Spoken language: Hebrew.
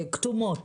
כתומות.